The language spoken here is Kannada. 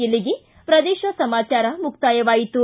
ಇಲ್ಲಿಗೆ ಪ್ರದೇಶ ಸಮಾಚಾರ ಮುಕ್ತಾಯವಾಯಿತು